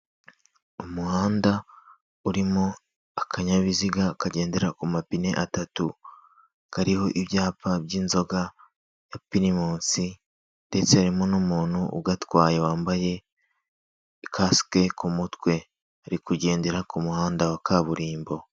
Umuhanda urimo akanyabiziga kagendera ku mapine atatu, kariho ibyapa by'inzoga ya pirimusi ndetse harimo n'umuntu ugatwaye wambaye kasike ku mutwe ari kugendera ku muhanda wa kaburimbo.